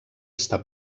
està